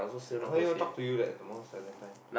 I never even talk to you that most of the time